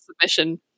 submission